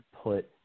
put